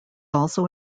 also